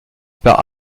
par